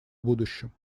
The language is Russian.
будущем